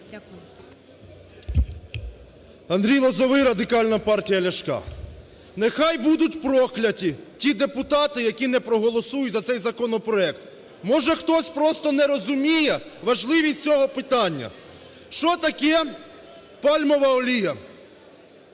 Андрій Лозовой, Радикальна партія Ляшка. Нехай будуть прокляті ті депутати, які не проголосують за цей законопроект. Може, хтось просто не розуміє важливість цього питання, що таке пальмова олія.